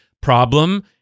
problem